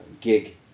gig